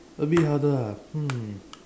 a bit harder lah hmm